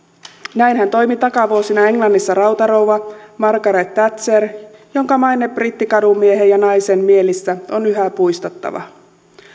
näinhän toimi takavuosina englannissa rautarouva margaret thatcher jonka maine brittikadunmiehen ja naisen mielissä on yhä puistattava